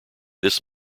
this